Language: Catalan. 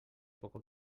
poca